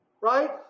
Right